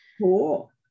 Cool